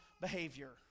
behavior